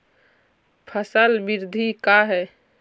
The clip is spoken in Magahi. फसल वृद्धि का है?